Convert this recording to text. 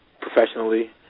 professionally